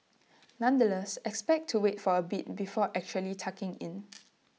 nonetheless expect to wait for A bit before actually tucking in